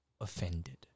offended